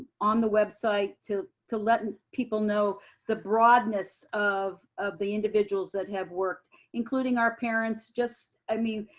on the website to to let and people know the broadness of the individuals that have worked including our parents. just, i mean,